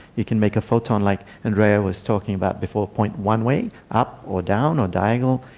you can make a photon, like andrea was talking about before, point one way, up or down or diagonal,